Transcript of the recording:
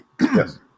Yes